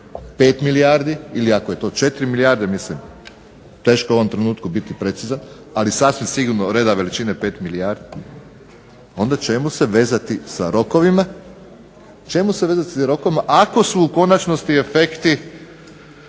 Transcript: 5 milijardi, ili ako je to 4 milijarde, mislim teško je u ovom trenutku biti precizan, ali sasvim sigurno …/Ne razumije se./… veličine 5 milijarde, onda čemu se vezati sa rokovima, čemu se vezati sa rokovima ako su u konačnosti efekti